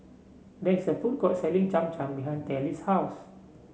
there is a food court selling Cham Cham behind Tallie's house